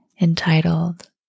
entitled